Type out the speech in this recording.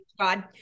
God